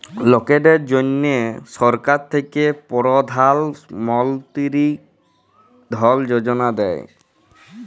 লকদের জ্যনহে সরকার থ্যাকে পরধাল মলতিরি ধল যোজলা দেই